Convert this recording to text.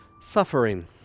Suffering